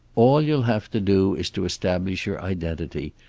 all you'll have to do is to establish your identity.